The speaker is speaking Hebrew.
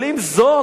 אבל אם זאת